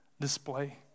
display